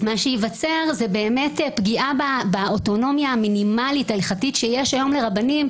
מה שייווצר זו פגיעה באוטונומיה המינימלית ההלכתית שיש היום לרבנים,